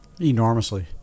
Enormously